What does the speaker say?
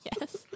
Yes